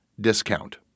discount